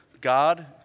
God